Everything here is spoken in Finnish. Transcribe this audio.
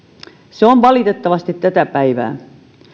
se on valitettavasti tätä päivää